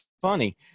Funny